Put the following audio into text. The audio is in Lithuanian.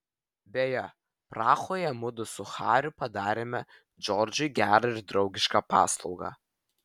beje prahoje mudu su hariu padarėme džordžui gerą ir draugišką paslaugą